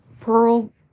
pearl